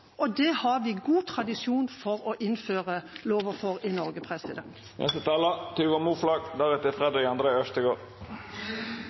og det har vi god tradisjon for å innføre lover for i Norge.